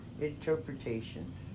interpretations